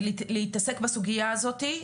להתעסק בסוגיה הזאת.